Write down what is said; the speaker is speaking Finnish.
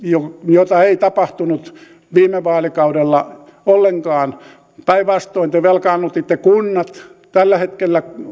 jota ei tapahtunut viime vaalikaudella ollenkaan päinvastoin te velkaannutitte kunnat tällä hetkellä